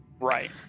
Right